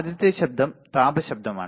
ആദ്യത്തെ ശബ്ദം താപ ശബ്ദമാണ്